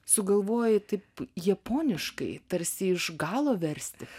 sugalvojai taip japoniškai tarsi iš galo versti